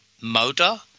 motor